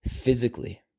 physically